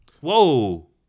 Whoa